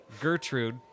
Gertrude